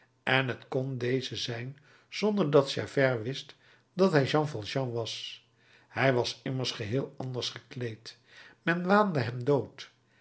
en t kon deze zijn zonder dat javert wist dat hij jean valjean was hij was immers geheel anders gekleed men waande hem dood